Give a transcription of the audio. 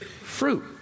fruit